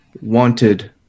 wanted